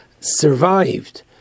survived